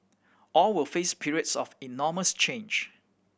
all will face periods of enormous change